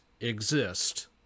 exist